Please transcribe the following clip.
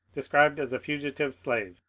described as a fugitive slave,